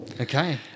Okay